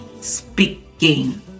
speaking